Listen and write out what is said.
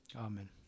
Amen